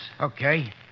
Okay